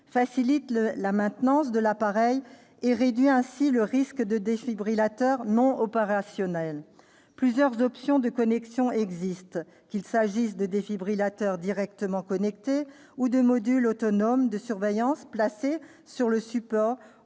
facilite la maintenance de l'appareil et réduit ainsi le risque de défibrillateurs non opérationnels. Plusieurs options de connexion existent, qu'il s'agisse de défibrillateurs directement connectés ou de modules autonomes de surveillance placés sur le support